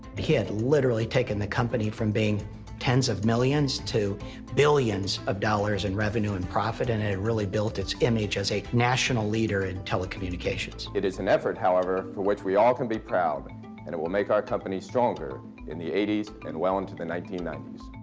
he had literally taken the company from being tens of millions to billions of dollars in revenue and profit and had really built its image as a national leader in telecommunications. it is an effort, however for which we all can be proud and it will make our company stronger in the eighty s and well into the nineteen ninety s.